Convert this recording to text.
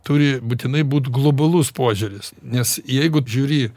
turi būtinai būt globalus požiūris nes jeigu žiūri